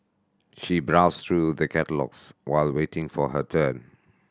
she browsed through the catalogues while waiting for her turn